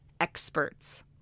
experts